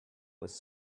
was